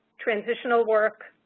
transitional work,